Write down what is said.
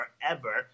forever